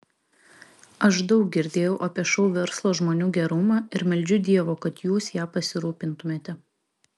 aš daug girdėjau apie šou verslo žmonių gerumą ir meldžiu dievo kad jūs ja pasirūpintumėte